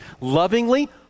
lovingly